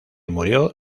murió